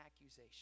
accusation